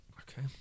Okay